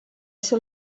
ser